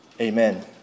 Amen